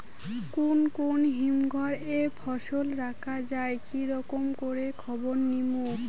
কুন কুন হিমঘর এ ফসল রাখা যায় কি রকম করে খবর নিমু?